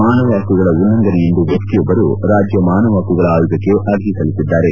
ಮಾನವ ಹಕ್ಕುಗಳ ಉಲ್ಲಂಘನೆ ಎಂದು ವ್ಯಕ್ತಿಯೊಬ್ಬರು ರಾಜ್ಯ ಮಾನವ ಹಕ್ಕುಗಳ ಆಯೋಗಕ್ಕೆ ಅರ್ಜಿ ಸಲ್ಲಿಸಿದ್ದಾರೆ